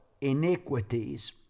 iniquities